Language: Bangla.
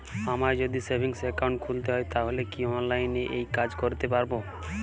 আমায় যদি সেভিংস অ্যাকাউন্ট খুলতে হয় তাহলে কি অনলাইনে এই কাজ করতে পারবো?